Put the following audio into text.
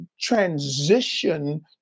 transition